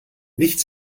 nicht